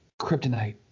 Kryptonite